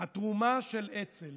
התרומה של אצ"ל